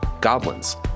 goblins